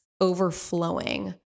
overflowing